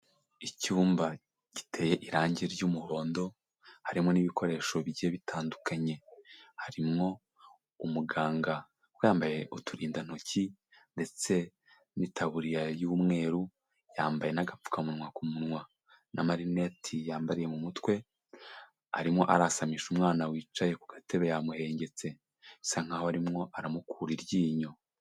Icyumba giteye irangi ry'umuhondo harimo n'ibikoresho bi bye bitandukanye, harimo umuganga yambaye uturindantoki ndetse n'itaburiya y'umweru yambaye n'agapfukamunwa ku munwa na marineti yambariye mu mutwe, arimo arasamisha umwana wicaye ku gatebe yamuhengetse asa nkaho arimwo aramukura iryinyo.